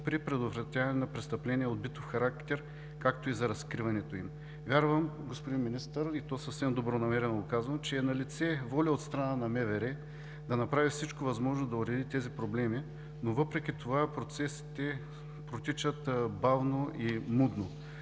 при предотвратяване на престъпления от битов характер, както и за разкриването им? Вярвам, господин Министър, и то съвсем добронамерено го казвам, че е налице воля от страна на МВР да направи всичко възможно да уреди тези проблеми, но въпреки това процесите протичат бавно и мудно.